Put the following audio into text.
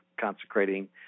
consecrating